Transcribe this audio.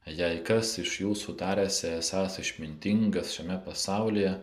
jei kas iš jūsų tariasi esąs išmintingas šiame pasaulyje